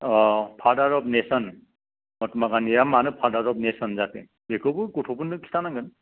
फाडार of nation Mahatma गान्धिया मानो father of nation जाखो बेखौबो गथ'फोरनो खिथानांगोना